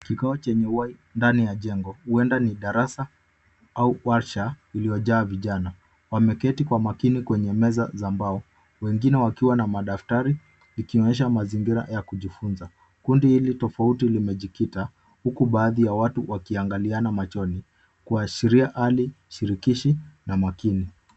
Kikao chenye uhai ndani ya jengo, huenda ni darasa au warsha iliyojaa vijana. Wameketi kwa makini kwenye meza za mbao, wengine wakiwa na madaftari ikionyesha mazingira ya kujifunza. Kundi hili tofauti limejikita huku baadhi ya watu wakiangaliana machoni, kuashiria hali shirikishi na makini.